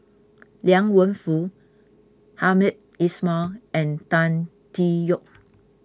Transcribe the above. Liang Wenfu Hamed Ismail and Tan Tee Yoke